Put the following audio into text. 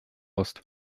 ost